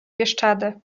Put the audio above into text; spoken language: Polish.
bieszczady